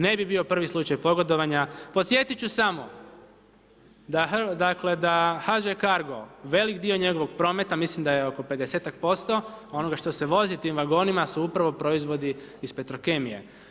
Ne bi bio prvi slučaj pogodovanja, podsjetit ću samo, dakle, da HŽ Cargo, velik dio njegovog prometa, mislim da je oko 50-tak posto onoga što se vozi tim vagonima, su upravo proizvodi iz Petrokemije.